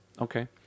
okay